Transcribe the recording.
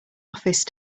office